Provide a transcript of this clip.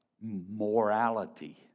morality